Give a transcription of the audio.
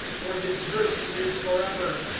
for his mercy is forever.